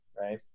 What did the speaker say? right